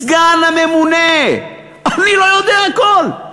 סגן הממונה, אני לא יודע הכול,